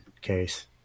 case